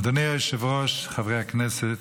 אדוני היושב-ראש, חברי הכנסת,